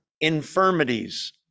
infirmities